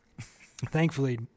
thankfully